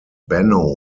benno